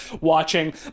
watching